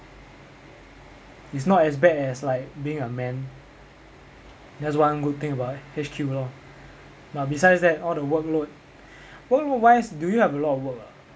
it's not as bad as like being a man that's one good thing about being at H_Q lor but besides that all the workload workload wise do you have a lot of workload